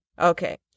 Okay